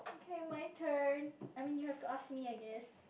K my turn I mean you have to ask me I guess